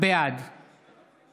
בעד